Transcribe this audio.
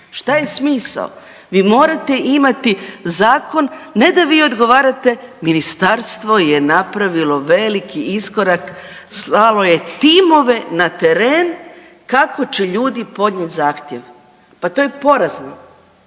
šta je smisao, vi morate imati zakon ne da vi odgovarate, ministarstvo je napravilo veliki iskorak, slalo je timove na teren kako će ljudi podnijet zahtjev, pa to je porazno,